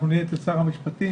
נהיה אצל שר המשפטים